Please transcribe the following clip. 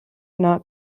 not